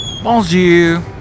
Bonjour